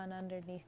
underneath